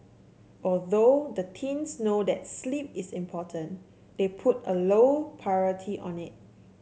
although the teens know that sleep is important they put a low priority on it